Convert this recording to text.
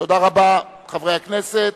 תודה רבה, חברי הכנסת.